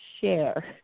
share